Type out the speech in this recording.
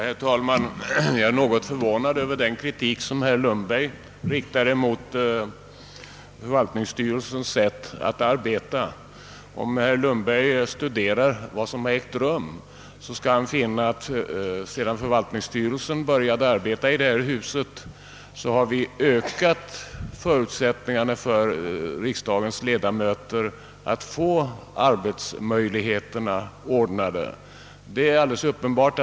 Herr talman! Jag är något förvånad över herr Lundbergs kritik mot förvaltningskontorets sätt att arbeta. Om herr Lundberg studerar vad som skett skall han finna att riksdagens ledamöter sedan förvaltningskontoret började sin verksamhet har fått avsevärt bättre arbetsmöjligheter här i huset än tidigare.